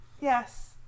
Yes